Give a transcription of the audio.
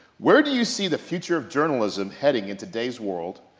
where do you see the future of journalism heading in today's world,